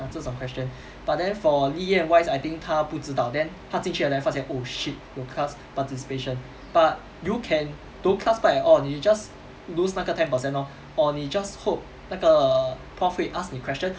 ah 这种 question but then for li yan wise I think 她不知道 then 她进去 liao 才发现 oh shit 有 class participation but you can don't class part at all 你 just lose 那个 ten percent lor or 你 just hope 那个 prof 会 ask 你 question